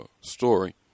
story